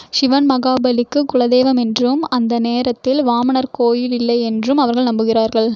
சிவன் மகாபலிக்கு குலதெய்வம் என்றும் அந்த நேரத்தில் வாமனர் கோயில் இல்லை என்றும் அவர்கள் நம்புகிறார்கள்